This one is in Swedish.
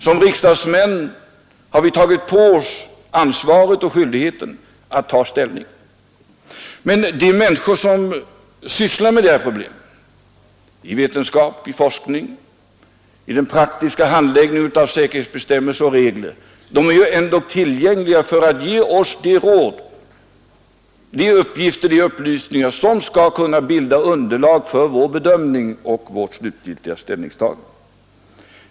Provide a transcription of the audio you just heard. Som riksdagsmän har vi tagit på oss ansvaret och skyldigheten att ta ställning. Men de människor som sysslar med de här problemen — i vetenskap, i forskning, i den praktiska handläggningen av säkerhetsbestämmelser och regler —— är ju ändock tillgängliga för att ge oss de råd, de uppgifter, de upplysningar som skall kunna bilda underlag för vår bedömning och vårt slutgiltiga ställningstagande.